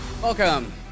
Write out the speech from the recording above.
Welcome